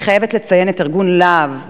אני חייבת לציין את ארגון לה"ב,